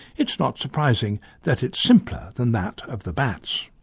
it's not surprising that it's simpler than that of the bats.